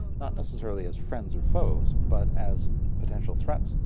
not necessarily as friends or foes, but as potential threats,